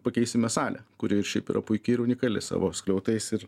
pakeisime salę kuri ir šiaip yra puiki ir unikali savo skliautais ir